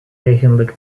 eigenlijk